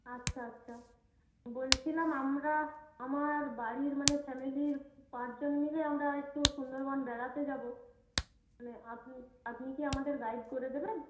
আচ্ছা আচ্ছা বলছিলাম আমরা আমার বাড়ির মানে ফ্যামিলির পাঁচজন মিলে আমরা একটু সুন্দরবন বেড়াতে যাব আপনি আপনি কি আমাদের গাইড করে দেবেন